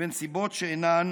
בנסיבות שאינן